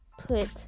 put